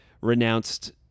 renounced